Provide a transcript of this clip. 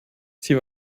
sie